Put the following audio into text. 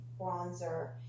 bronzer